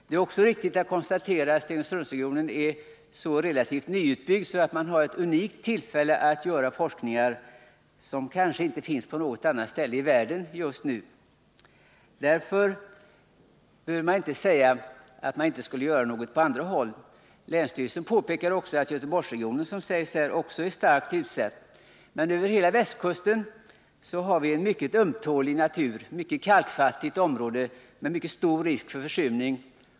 Det är också riktigt att konstatera att Stenungsundsregionen är så relativt nyutbyggd att man har tillfälle att göra forskningar som kanske inte kan utföras på något annat ställe i världen just nu. Trots detta bör man inte säga att ingenting skall göras på andra håll. Länsstyrelsen påpekar också att Göteborgsregionen är starkt utsatt. I hela västkustområdet är naturen mycket ömtålig. Det är ett kalkfattigt område med mycket stor risk för försurning.